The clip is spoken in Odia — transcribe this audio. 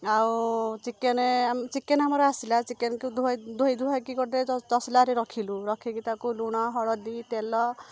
ଆଉ ଚିକେନେ ଆମ ଚିକେନ ଆମର ଆସିଲା ଚିକେନକୁ ଧୋଇ ଧୋଇଧୁଆ କି ଗୋଟେ ତସଲାରେ ରଖିଲୁ ରଖିକି ତାକୁ ଲୁଣ ହଳଦୀ ତେଲ